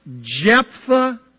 Jephthah